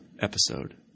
episode